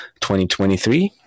2023